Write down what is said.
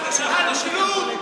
על כלום.